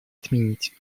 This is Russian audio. отменить